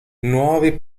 nuovi